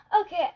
Okay